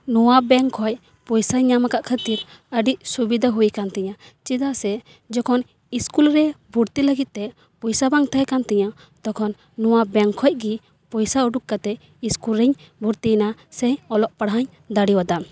ᱱᱚᱣᱟ ᱵᱮᱝᱠ ᱠᱷᱚᱡ ᱯᱚᱭᱥᱟᱧ ᱧᱟᱢ ᱠᱟᱫ ᱠᱷᱟ ᱛᱤᱨ ᱟ ᱰᱤ ᱥᱩᱵᱤᱫᱷᱟ ᱦᱩᱭ ᱠᱟᱱ ᱛᱤᱧᱟ ᱪᱮᱫᱟᱜ ᱥᱮ ᱡᱚᱠᱷᱚᱱ ᱤᱥᱠᱩᱞ ᱨᱮ ᱵᱷᱚᱨᱛᱤ ᱞᱟᱹᱜᱤᱫ ᱛᱮ ᱯᱚᱭᱥᱟ ᱵᱟᱝ ᱛᱟᱦᱮᱸ ᱠᱟᱱ ᱛᱤᱧᱟᱹ ᱛᱚᱠᱷᱚᱱ ᱱᱚᱶᱟ ᱵᱮᱱᱠ ᱠᱷᱚᱡ ᱜᱮ ᱯᱚᱭᱥᱟ ᱩᱰᱩᱠ ᱠᱟᱛᱮ ᱤᱥᱠᱩᱞ ᱨᱮᱧ ᱵᱷᱚᱨᱛᱤᱭᱱᱟ ᱥᱮ ᱚᱞᱚᱜ ᱯᱟᱲᱦᱟᱣ ᱤᱧ ᱫᱟᱲᱮᱣᱟᱫᱟ